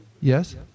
Yes